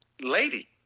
lady